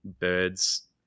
birds